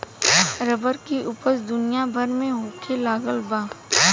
rubber के ऊपज दुनिया भर में होखे लगल बा